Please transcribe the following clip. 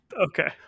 Okay